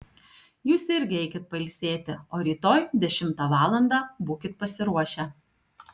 jūs irgi eikit pailsėti o rytoj dešimtą valandą būkit pasiruošę